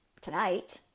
tonight